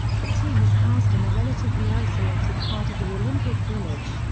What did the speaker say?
the team was housed in a relatively isolated part of the olympic village,